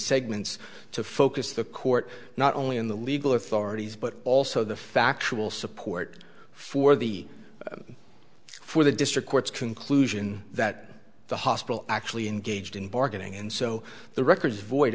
segments to focus the court not only in the legal authorities but also the factual support for the for the district court's conclusion that the hospital actually engaged in bargaining and so the records void